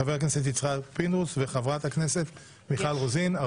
חבר הכנסת יצחק פינדרוס וחברת הכנסת מיכל רוזין.